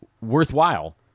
worthwhile